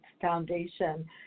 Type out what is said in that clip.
foundation